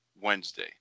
Wednesday